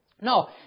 No